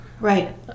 Right